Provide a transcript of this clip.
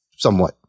somewhat